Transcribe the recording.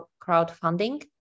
crowdfunding